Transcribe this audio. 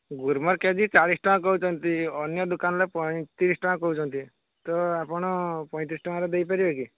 Gromor K G ଚାଳିଶ ଟଙ୍କା କହୁଛନ୍ତି ଅନ୍ୟ ଦୋକାନରେ ପଇଁତିରିଶ ଟଙ୍କା କହୁଛନ୍ତି ତ ଆପଣ ପଇଁତିରିଶ ଟଙ୍କାରେ ଦେଇପାରିବେ କି